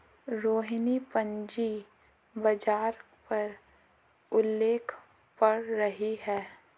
रोहिणी पूंजी बाजार पर आलेख पढ़ रही है